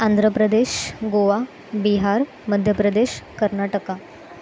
Andhra Pradesh Goa Bihar Madhya Pradesh Karnataka